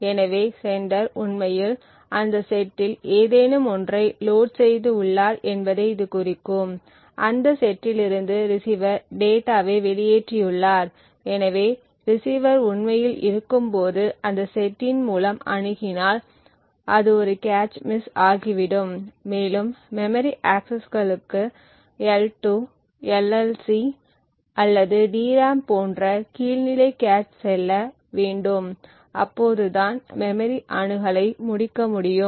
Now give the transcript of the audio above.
எனவே செண்டர் உண்மையில் அந்தத் செட்டில் ஏதேனும் ஒன்றை லோட் செய்து உள்ளார் என்பதை இது குறிக்கும் அந்த செட்டிலிருந்து ரிசீவர் டேட்டாவை வெளியேற்றியுள்ளார் எனவே ரிசீவர் உண்மையில் இருக்கும்போது அந்த செட்டின் மூலம் அணுகினால் அது ஒரு கேச் மிஸ் ஆகிவிடும் மேலும் மெமரி ஆக்சஸஸ்களுக்கு L2 LLC அல்லது டிராம் போன்ற கீழ் நிலை கேச் செல்ல வேண்டும் அப்போது தான் மெமரி அணுகலை முடிக்க முடியும்